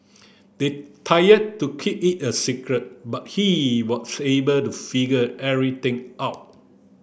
they tired to keep it a secret but he was able to figure everything out